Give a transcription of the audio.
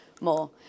more